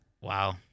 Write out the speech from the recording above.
Wow